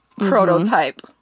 prototype